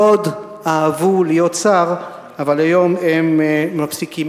מאוד אהבו להיות שר, אבל היום הם מפסיקים.